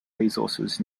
resources